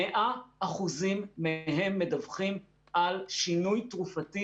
100% מהם מדווחים על שינוי תרופתי